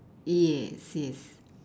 yes yes